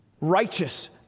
righteous